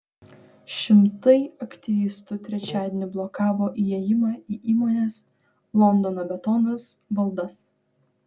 šimtai aktyvistų trečiadienį blokavo įėjimą į įmonės londono betonas valdas